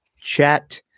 chat